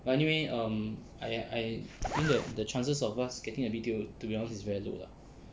but anyway um I I think that the chances of us getting a B_T_O to be honest is very low lah